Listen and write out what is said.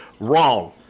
Wrong